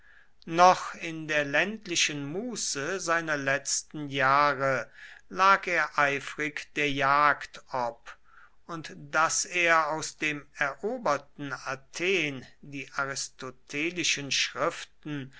noch in der ländlichen muße seiner letzten jahre lag er eifrig der jagd ob und daß er aus dem eroberten athen die aristotelischen schriften